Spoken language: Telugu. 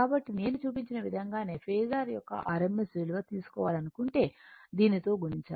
కాబట్టి నేను చూపించిన విధంగానే ఫేసర్ యొక్క rms విలువ తీసుకోవాలనుకుంటే దీనితో గుణించాలి